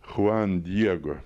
chuan diego